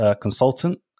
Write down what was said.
consultant